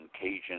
Cajun